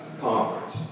conference